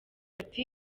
ati